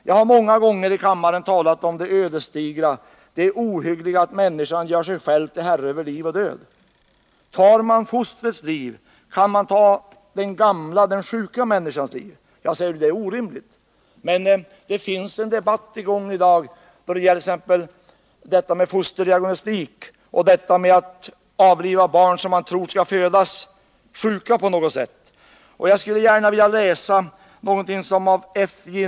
Jag har många gånger i kammaren talat om det ödesdigra, det ohyggliga att människan gör sig själv till herre över liv och död. Tar man fostrets liv, kan man ta gamla eller sjuka människors liv. Jag säger: Det är orimligt! Men det finns i dag en debatt i gång om t.ex. fosterdiagnostik och att man avlivar barn som man tror skall födas sjuka på något sätt. Jag vill gärna läsa något av det som av F.J.